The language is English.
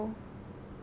oh